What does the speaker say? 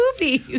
movies